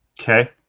okay